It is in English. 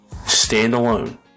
standalone